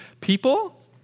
people